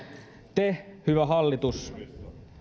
te hyvä hallitus